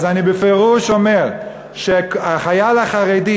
אז אני בפירוש אומר שהחייל החרדי,